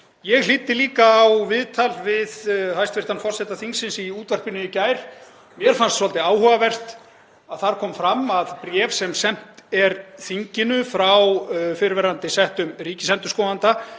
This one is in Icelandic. Ég hlýddi líka á viðtal við hæstv. forseta þingsins í útvarpinu í gær. Mér fannst svolítið áhugavert að þar kom fram að bréf sem sent er þinginu frá fyrrverandi settum ríkisendurskoðanda